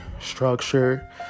structure